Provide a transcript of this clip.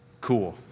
cool